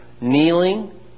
kneeling